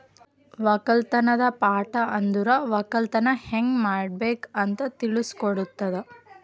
ಒಕ್ಕಲತನದ್ ಪಾಠ ಅಂದುರ್ ಒಕ್ಕಲತನ ಹ್ಯಂಗ್ ಮಾಡ್ಬೇಕ್ ಅಂತ್ ತಿಳುಸ್ ಕೊಡುತದ